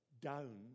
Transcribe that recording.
down